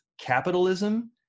capitalism